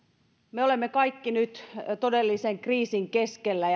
me olemme kaikki nyt todellisen kriisin keskellä